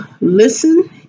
listen